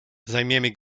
zajmiemy